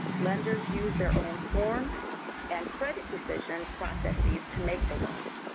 lenders use their own forms and credit decision processes to make the loans,